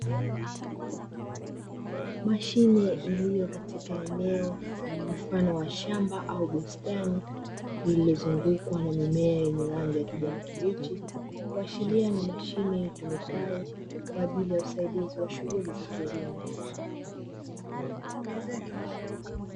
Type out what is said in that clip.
Mashine iliyo katika eneo mfano wa shamba au bustani imezungukwa na mimea yenye rangi ya kijani kibichi, kuashiria ni mashine itumikayo kwa ajili ya usaidizi wa shughuli za kilimo.